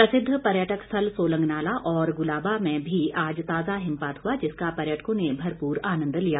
प्रसिद्ध पर्यटक स्थल सोलंग नाला और गुलाबा में भी आज ताजा हिमपात हुआ जिसका पर्यटकों ने भरपूर आनंद लिया